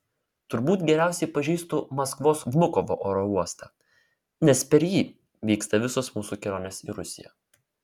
turbūt geriausiai pažįstu maskvos vnukovo oro uostą nes per jį vyksta visos mūsų kelionės į rusiją